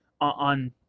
on